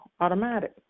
automatic